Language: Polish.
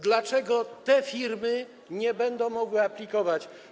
Dlaczego te firmy nie będą mogły aplikować?